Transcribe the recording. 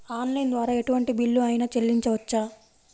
Online ద్వారా ఎటువంటి bill అయినా చెల్లించవచ్చా?